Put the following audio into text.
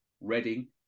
Reading